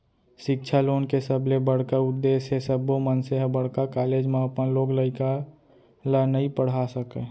सिक्छा लोन के सबले बड़का उद्देस हे सब्बो मनसे ह बड़का कॉलेज म अपन लोग लइका ल नइ पड़हा सकय